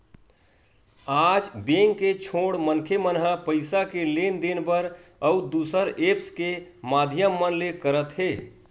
आज बेंक के छोड़ मनखे मन ह पइसा के लेन देन बर अउ दुसर ऐप्स के माधियम मन ले करत हे